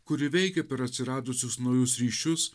kuri veikė per atsiradusius naujus ryšius